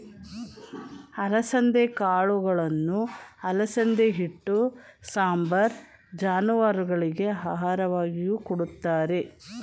ಅಲಸಂದೆ ಕಾಳುಗಳನ್ನು ಅಲಸಂದೆ ಹಿಟ್ಟು, ಸಾಂಬಾರ್, ಜಾನುವಾರುಗಳಿಗೆ ಆಹಾರವಾಗಿಯೂ ಕೊಡುತ್ತಾರೆ